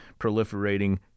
proliferating